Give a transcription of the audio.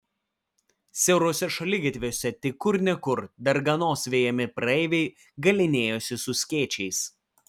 siauruose šaligatviuose tik kur ne kur darganos vejami praeiviai galynėjosi su skėčiais